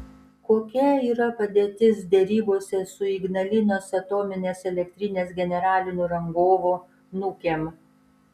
kokia yra padėtis derybose su ignalinos atominės elektrinės generaliniu rangovu nukem